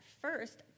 first